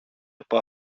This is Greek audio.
από